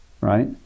right